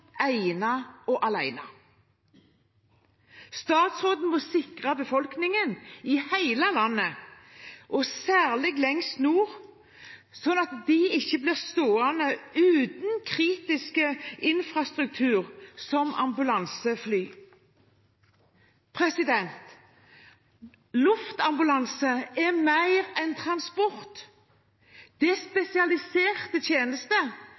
ene og alene. Statsråden må sikre befolkningen i hele landet, og særlig lengst nord, slik at de ikke blir stående uten kritisk infrastruktur som ambulansefly. Luftambulanse er mer enn transport. Det er